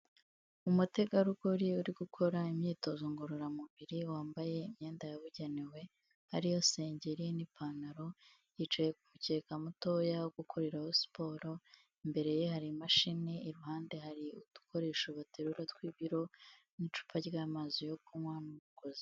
Umutegarugori uri gukora imyitozo ngororamubiri wambaye imyenda yabugenewe ariyo sengeri n'ipantaro, yicaye ku mukeka mutoya wogukoreraho siporo, imbere ye hari imashini, iruhande hari udukoresho baterura tw'ibiro, n'icupa ry'amazi yo kunywa n'umugozi.